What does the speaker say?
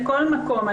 בכל מקום.